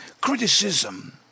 Criticism